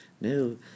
No